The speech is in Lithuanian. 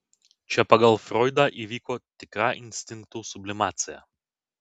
čia pagal froidą įvyko tikra instinktų sublimacija